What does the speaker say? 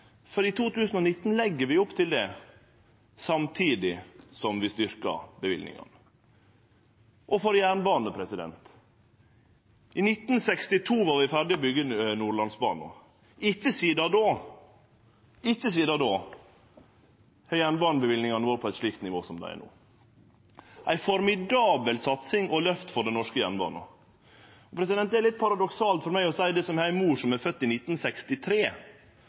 for i 2019 legg vi opp til det, samtidig som vi styrkjer løyvingane – òg for jernbanen. I 1962 var vi ferdige med å byggje Nordlandsbanen. Ikkje sidan då har jernbaneløyvingane vore på eit slikt nivå som dei er no. Det er ei formidabel satsing og eit løft for den norske jernbanen. Det er litt paradoksalt for meg å seie det, som har ei mor som er fødd i 1963,